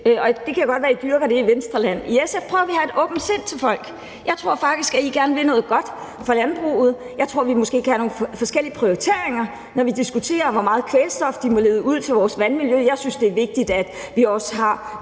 SF. Det kan godt være, I dyrker det i Venstreland. I SF prøver vi at have et åbent sind til folk. Jeg tror faktisk, at I gerne vil noget godt for landbruget. Jeg tror, at vi måske kan have nogle forskellige prioriteringer, når vi diskuterer, hvor meget kvælstof de må lede ud i vores vandmiljø. Jeg synes, det er vigtigt, at vi også har